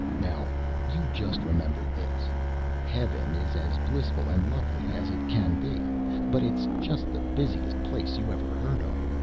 now you just remember this heaven is as blissful and lovely as it can be but it's just the busiest place you ever heard of.